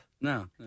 No